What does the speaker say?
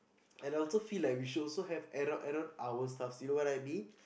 and I also feel like we should also have add on add on hours stuffs you know what I mean